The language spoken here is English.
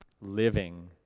living